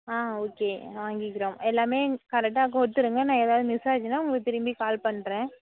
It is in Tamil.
ஆ ஓகே வாங்கிக்குறோம் எல்லாமே கரெக்டாக கொடுத்துருங்க நான் எதாவது மிஸ் ஆச்சுனா உங்களுக்கு திரும்பி கால் பண்ணுறேன்